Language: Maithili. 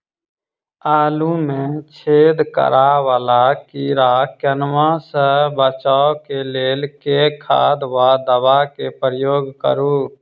आलु मे छेद करा वला कीड़ा कन्वा सँ बचाब केँ लेल केँ खाद वा दवा केँ प्रयोग करू?